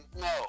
No